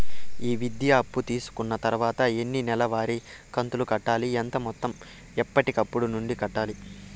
ఈ విద్యా అప్పు తీసుకున్న తర్వాత ఎన్ని నెలవారి కంతులు కట్టాలి? ఎంత మొత్తం ఎప్పటికప్పుడు నుండి కట్టాలి?